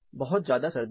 बहुत ज्यादा सर्दी है